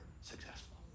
successful